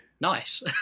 nice